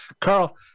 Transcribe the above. Carl